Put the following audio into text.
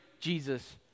Jesus